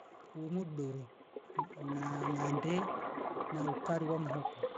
Uuumu doro na ngande na ukari wa makoba.